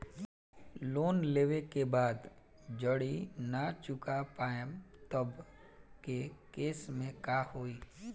Loan लेवे के बाद जड़ी ना चुका पाएं तब के केसमे का होई?